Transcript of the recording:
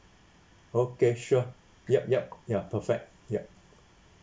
okay sure yup yup ya perfect yup